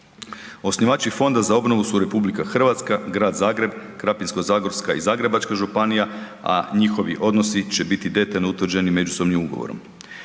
Osnivači Fonda za obnovu su RH, Grad Zagreb, Krapinsko-zagorska i Zagrebačka županija, a njihovi odnosi će biti detaljno utvrđeni međusobnim ugovorom.